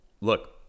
Look